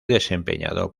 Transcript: desempeñado